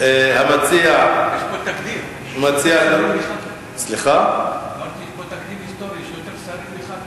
יש פה תקדים היסטורי, יש יותר שרים מחברי כנסת.